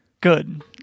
good